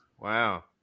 Wow